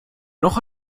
noch